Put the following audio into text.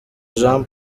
jean